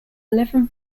eleven